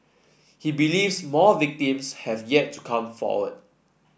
he believes more victims have yet to come forward